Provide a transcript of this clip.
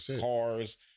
cars